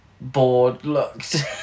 bored-looked